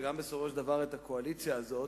וגם בסופו של דבר את הקואליציה הזאת,